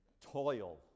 Toil